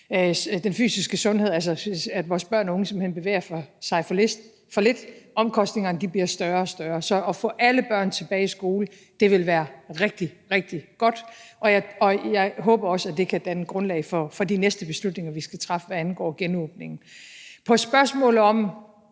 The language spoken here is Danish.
den fysiske sundhed – det, at vores børn og unge simpelt hen bevæger sig for lidt – bliver omkostningerne større og større. Så at få alle børn tilbage i skole vil være rigtig, rigtig godt. Og jeg håber også, at det kan danne grundlag for de næste beslutninger, vi skal træffe, hvad angår genåbningen. Til spørgsmålet om,